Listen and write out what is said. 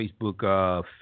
Facebook